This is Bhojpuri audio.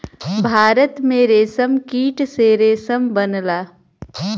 भारत में रेशमकीट से रेशम बनला